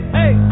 hey